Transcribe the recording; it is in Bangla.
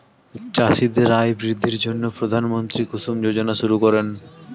চাষীদের আয় বৃদ্ধির জন্য প্রধানমন্ত্রী কুসুম যোজনা শুরু করেন